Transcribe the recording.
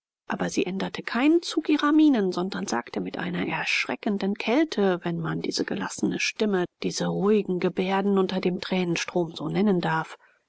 aber sie änderte keinen zug ihrer mienen sondern sagte mit einer erschreckenden kälte wenn man diese gelassene stimme diese ruhigen gebärden unter dem tränenstrom so nennen darf